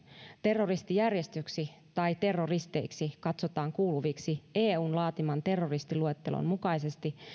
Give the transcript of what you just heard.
terroristijärjestöksi tai terroristeiksi katsotaan kuuluviksi eun laatiman terroristiluettelon mukaisesti